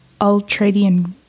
ultradian